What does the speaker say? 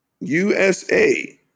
USA